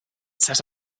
set